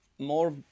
more